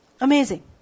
Amazing